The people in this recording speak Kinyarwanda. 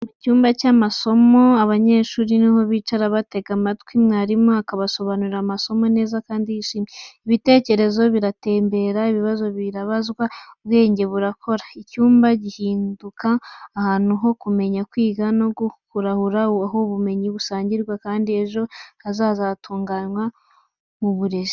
Mu cyumba cy'amasomo cy’ishuri, abanyeshuri ni ho bicara bagatega amatwi mwarimu akabasobanurira amasomo neza kandi yishimye. Ibitekerezo biratembera, ibibazo birabazwa, ubwenge burakora. Icyumba gihinduka ahantu ho kumenya, kwiga no kurahura, aho ubumenyi busangirwa kandi ejo hazaza hatunganywa mu burezi.